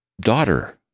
daughter